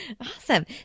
awesome